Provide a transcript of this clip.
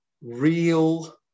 real